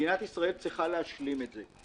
צריכה מדינת ישראל להשלים את זה.